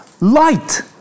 Light